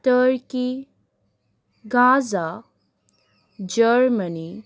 turkey gaza Germany